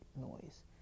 noise